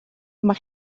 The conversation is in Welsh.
mae